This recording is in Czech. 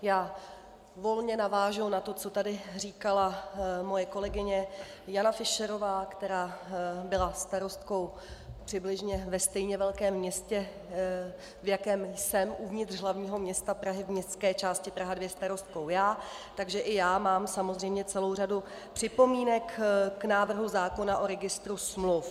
Já volně navážu na to, co tady říkala moje kolegyně Jana Fischerová, která byla starostkou přibližně ve stejně velkém městě, v jakém jsem uvnitř hlavního města Prahy, v městské části Praha 2, starostkou já, takže i já mám samozřejmě celou řadu připomínek k návrhu zákona o registru smluv.